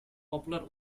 popular